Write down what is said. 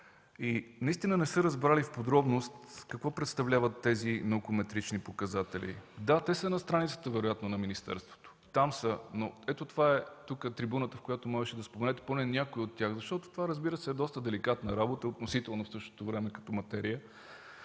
Наистина не са разбрали в подробност какво представляват тези научно метрични показатели. Да, те са на страниците вероятно на министерството, там са. Но това тук е трибуната, където можеше да споменете поне някои от тях. Разбира се, това е доста деликатна работа, относителна в същото време като материя.